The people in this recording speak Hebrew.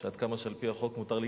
עד כמה שעל-פי החוק מותר לי,